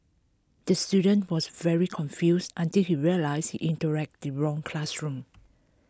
the student was very confused until he realised he interact the wrong classroom